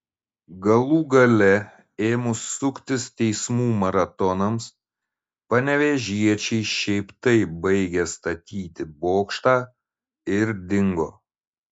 galų gale ėmus suktis teismų maratonams panevėžiečiai šiaip taip baigė statyti bokštą ir dingo